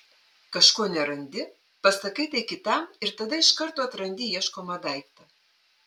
kažko nerandi pasakai tai kitam ir tada iš karto atrandi ieškomą daiktą